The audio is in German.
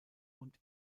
und